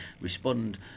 respond